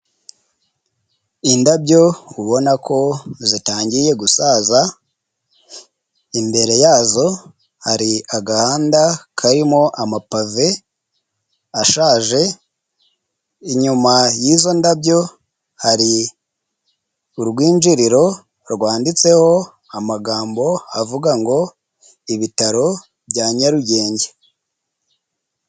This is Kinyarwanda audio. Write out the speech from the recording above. Indabyo ubona ko zitangiye gusaza, imbere yazo hari agahanda karimo amapave ashaje, inyuma y' izo ndabyo hari urwinjiriro rwanditseho amagambo avuga ngo ibitaro bya nyarugenge.